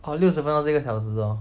oh 六十分钟是一个小时 hor